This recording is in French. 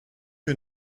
que